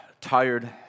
tired